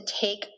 take